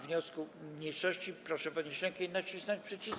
wniosku mniejszości, proszę podnieść rękę i nacisnąć przycisk.